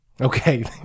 Okay